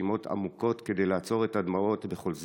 נשימות עמוקות כדי לעצור את הדמעות בכל זאת,